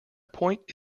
point